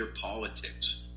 politics